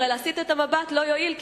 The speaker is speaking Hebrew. הרי להסיט את המבט לא יועיל,